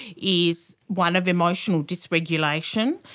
is one of emotional dysregulation.